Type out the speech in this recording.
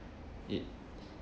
it